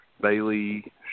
Bailey